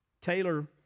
Taylor